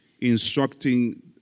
instructing